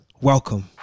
Welcome